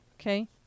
Okay